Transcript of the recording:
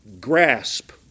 grasp